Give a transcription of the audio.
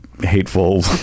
hateful